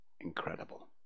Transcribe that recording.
Incredible